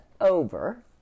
over